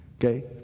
Okay